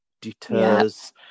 deters